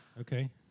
Okay